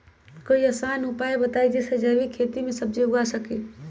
कोई आसान उपाय बताइ जे से जैविक खेती में सब्जी उगा सकीं?